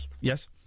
Yes